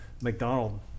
McDonald